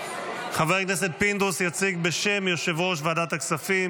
ישיב בשם יושב-ראש ועדת הכספים